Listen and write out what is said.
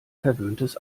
verwöhntes